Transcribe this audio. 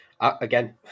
again